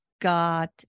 got